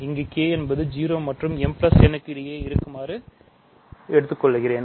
இங்கு k என்பது 0 மற்றும் mn க்கு இடையில் இருக்குமாறு எழுதுகிறேன்